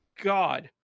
God